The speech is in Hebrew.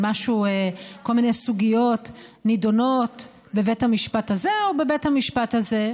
כל מיני סוגיות נדונות בבית המשפט הזה או בבית המשפט הזה.